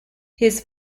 his